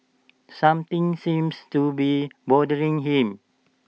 something seems to be bothering him